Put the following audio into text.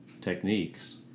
techniques